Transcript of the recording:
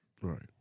Right